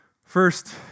First